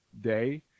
day